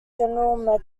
general